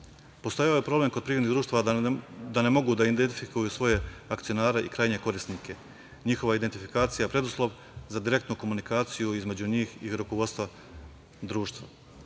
ovaj problem kod privrednih društava da ne mogu da identifikuju svoje akcionare i krajnje korisnike. Njihova identifikacija je preduslov za direktnu komunikaciju između njih i rukovodstva društva.